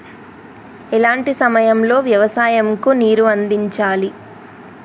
ఎలాంటి సమయం లో వ్యవసాయము కు నీరు అందించాలి?